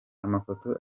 amafoto